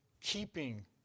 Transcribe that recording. keeping